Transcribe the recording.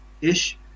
ish